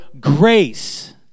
grace